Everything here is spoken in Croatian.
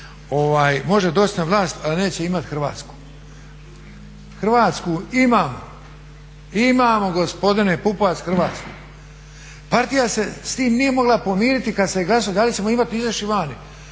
može doći na vlast ali neće imat Hrvatsku. Hrvatsku imamo, imamo gospodine Pupovac Hrvatsku. Partija se s tim nije mogla pomiriti kad ste glasali da li ćemo …. Hrvatska